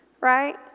right